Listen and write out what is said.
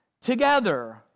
together